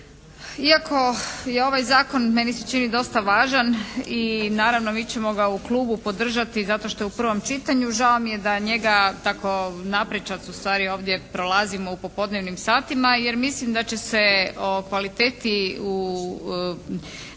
Iako je ovaj zakon meni se čini dosta važan i naravno mi ćemo ga u klubu podržati zato što je u prvom čitanju. Žao mi je da njega ustvari tako naprečac ovdje prolazimo u popodnevnim satima jer mislim da će se o kvaliteti u